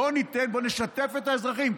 בוא נשתף את האזרחים.